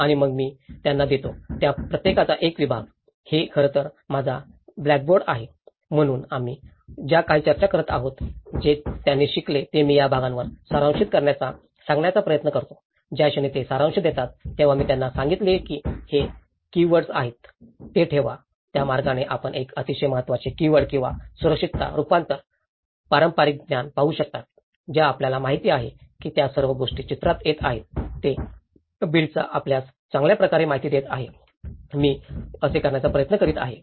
आणि मग मी त्यांना देतो त्या प्रत्येकाचा एक विभाग हे खरं तर माझा ब्लॅकबोर्ड आहे म्हणून आम्ही ज्या काही चर्चा करीत आहोत जे त्यांनी शिकले ते मी या भागावर सारांशित करण्यास सांगण्याचा प्रयत्न करतो ज्या क्षणी ते सारांश देतात तेव्हा मी त्यांना सांगितले की की हे कीवर्ड काय आहेत ते ठेवा त्या मार्गाने आपण एक अतिशय महत्त्वाचे कीवर्ड किंवा सुरक्षितता रुपांतर पारंपारिक ज्ञान पाहू शकता ज्या आपल्याला माहिती आहे की त्या सर्व गोष्टी चित्रात येत आहेत जे बिल्डला आपल्यास चांगल्या प्रकारे माहिती देत आहेत मी असे करण्याचा प्रयत्न करीत आहे